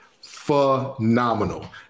phenomenal